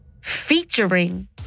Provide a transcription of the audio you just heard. featuring